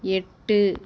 எட்டு